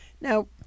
Now